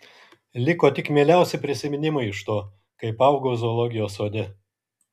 liko tik mieliausi prisiminimai iš to kaip augau zoologijos sode